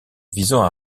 visant